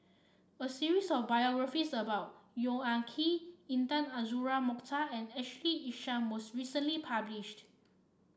a series of biographies about Yong Ah Kee Intan Azura Mokhtar and Ashley Isham was recently published